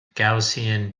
gaussian